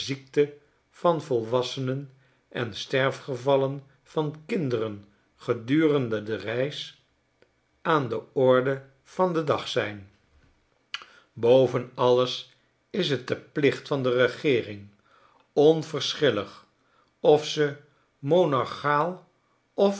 ziekte van voiwassenen en sterfgevallen van kinderen gedurende de reis aan de orde van den dag zijn boven alles is het de plichtvan de regeering onverschillig of ze monarchaal of